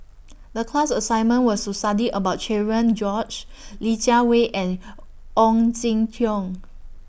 The class assignment was to study about Cherian George Li Jiawei and Ong Jin Teong